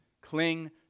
cling